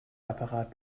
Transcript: apparat